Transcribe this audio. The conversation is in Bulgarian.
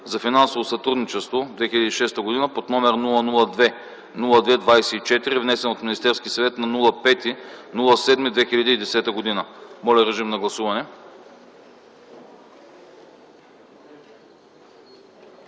за финансово сътрудничество (2006 г.) под № 002-02-24, внесен от Министерския съвет на 5 юли 2010 г. Моля, режим на гласуване.